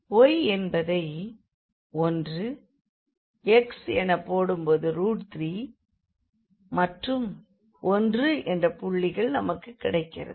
y என்பதை 1 x எனப்போடும் போது 3 மற்றும் 1 என்ற புள்ளிகள் நமக்குக் கிடைக்கிறது